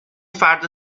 فرد